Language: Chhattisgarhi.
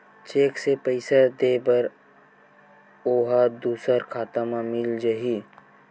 चेक से पईसा दे बर ओहा दुसर खाता म मिल जाही?